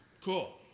Cool